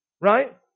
right